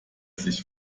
sich